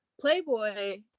Playboy